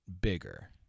bigger